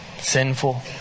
Sinful